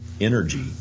energy